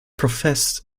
professed